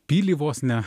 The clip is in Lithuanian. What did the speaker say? pilį vos ne